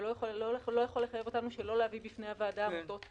ולא יכול לחייב אותנו שלא להביא בפני הוועדה עמותות